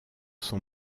son